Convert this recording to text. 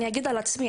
אני אספר על עצמי.